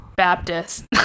Baptist